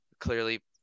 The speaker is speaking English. clearly